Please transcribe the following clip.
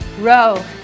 Row